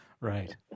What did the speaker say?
Right